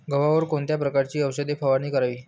गव्हावर कोणत्या प्रकारची औषध फवारणी करावी?